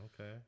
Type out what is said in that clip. Okay